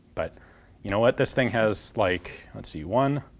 but you know what this thing has like let's see one,